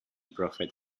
prophet